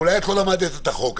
אולי לא למדת את החוק,